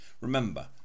Remember